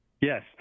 Yes